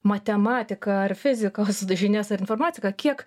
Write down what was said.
matematiką ar fizikos žinias ar informatiką kiek